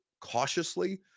cautiously